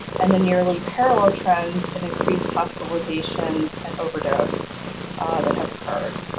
and the nearly parallel trends and increased hospitalizations and overdose that have occurred.